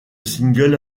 single